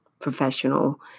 professional